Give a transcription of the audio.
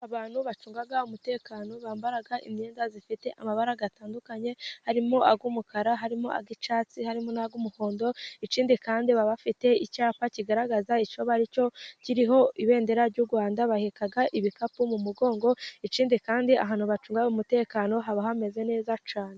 Abantu bacunga umutekano bambara imyenda ifite amabara atandukanye, harimo ay'umukara, harimo icyatsi harimo n'ay'umuhondo ,ikindi kandi, baba bafite icyapa kigaragaza icyo bari cyo kiriho ibendera ry'u Rwanda, baheka ibikapu mu mugongo, ikndi kandi ahantu bacunga umutekano haba hameze neza cyane.